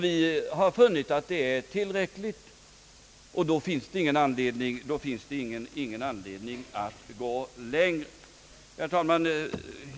Vi har funnit att medlen är tillräckliga, och då finns det ingen anledning att gå längre. Herr talman!